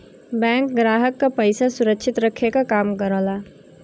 bank ग्राहक क पइसा सुरक्षित रखे क काम करला